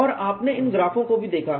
और आपने इन ग्राफों को भी देखा